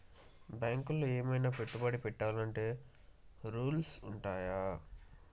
బ్యాంకులో ఏమన్నా పెట్టుబడి పెట్టాలంటే రూల్స్ ఉన్నయా?